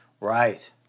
Right